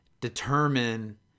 determine